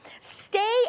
stay